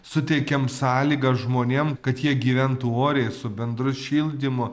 suteikiam sąlygas žmonėm kad jie gyventų oriai ir su bendru šildymu